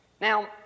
Now